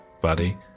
buddy